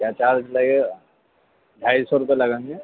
کیا چارج لگے گا ڈھائی سو روپیے لگیں گے